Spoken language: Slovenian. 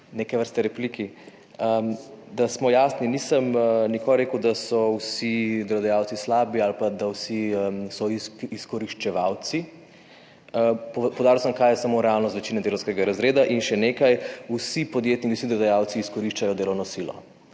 neke vrste repliki. Da smo jasni nisem nikoli rekel, da so vsi delodajalci slabi ali pa da vsi so izkoriščevalci. Poudaril sem kaj je samo realnost večine delavskega razreda. Še nekaj, vsi podjetniki, vsi delodajalci izkoriščajo delovno silo